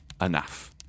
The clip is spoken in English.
enough